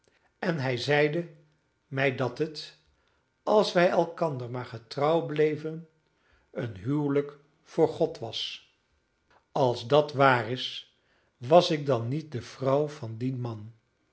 en hij zeide mij dat het als wij elkander maar getrouw bleven een huwelijk voor god was als dat waar is was ik dan niet de vrouw van dien man